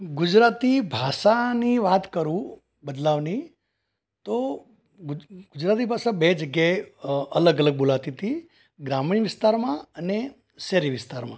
ગુજરાતી ભાષાની વાત કરું બદલાવની તો ગુજ ગુજરાતી ભાષા બે જગ્યાએ અલગ અલગ બોલાતી હતી ગ્રામીણ વિસ્તારમાં અને શહેરી વિસ્તારમાં